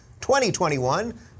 2021